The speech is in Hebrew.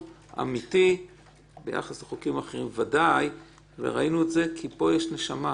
ואמתי ביחס לחוקים אחרים בוודאי כי פה יש נשמה.